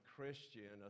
Christian